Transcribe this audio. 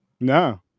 No